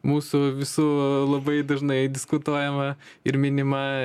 mūsų visų labai dažnai diskutuojama ir minima